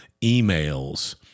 emails